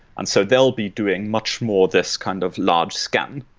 and so they'll be doing much more this kind of large scan.